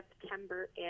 september